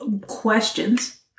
questions